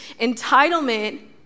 entitlement